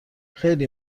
خیلی